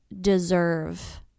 deserve